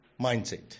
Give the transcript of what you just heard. mindset